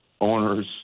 owners